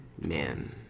Man